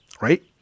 right